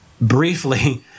briefly